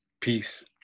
Peace